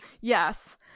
Yes